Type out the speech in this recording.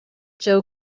joe